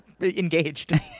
engaged